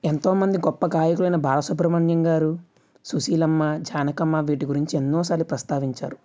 ఎంతోమంది గొప్ప గాయకులైన బాలసుబ్రమణ్యం గారు సుశీలమ్మ జానకమ్మ వీటి గురించి ఎన్నోసార్లు ప్రస్తావించారు